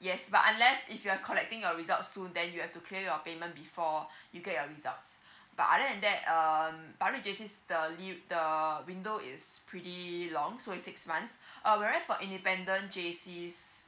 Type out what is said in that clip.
yes but unless if you're collecting your result soon then you have to clear your payment before you get your results but other than that um public J_C the li~ the window is pretty long so it's six months uh whereas for independent J_C